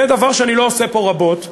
וזה דבר שאני לא עושה פה רבות,